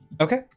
Okay